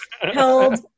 held